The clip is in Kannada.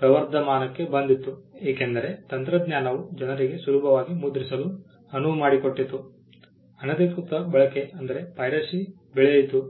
ಪ್ರವರ್ಧಮಾನಕ್ಕೆ ಬಂದಿತು ಏಕೆಂದರೆ ತಂತ್ರಜ್ಞಾನವು ಜನರಿಗೆ ಸುಲಭವಾಗಿ ಮುದ್ರಿಸಲು ಅನುವು ಮಾಡಿಕೊಟ್ಟಿತ್ತು ಅನಧಿಕೃತ ಬಳಕೆ ಬೆಳೆಯಿತು